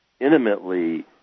intimately